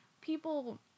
people